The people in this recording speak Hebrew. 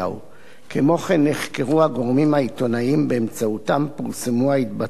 נחקרו הגורמים העיתונאיים שבאמצעותם פורסמו ההתבטאויות שיוחסו לרב.